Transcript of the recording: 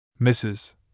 Mrs